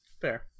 Fair